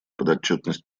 подотчетность